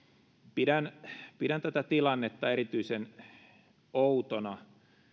pidän pidän tätä tilannetta erityisen outona